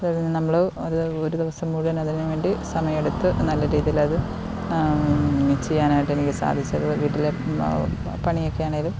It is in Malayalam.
അത്കഴിഞ്ഞു നമ്മൾ അത് ഒരുദിവസം മുഴുവൻ അതിന് വേണ്ടി സമയമെടുത്ത് നല്ല രീതിലത് മിക്സ് ചെയ്യാനായിട്ടെനിക്ക് സാധിച്ചത് വീട്ടിലെ പണിയൊക്കെയാണേലും